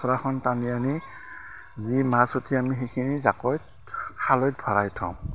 চচৰাখন টানি আনি যি মাছ উঠে আমি সেইখিনি জাকৈত খালৈত ভৰাই থওঁ